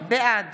בעד